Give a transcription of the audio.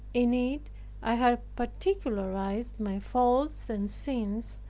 in it i had particularized my faults and sins,